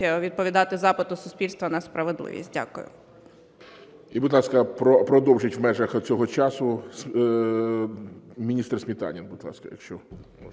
відповідати запиту суспільства на справедливість. Дякую.